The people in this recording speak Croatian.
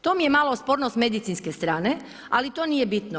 To mi je malo sporno s medicinske strane, ali to nije bitno.